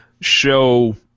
show